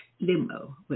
limo